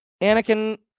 anakin